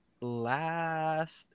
last